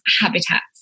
habitats